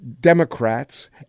Democrats